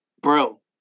bro